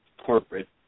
corporate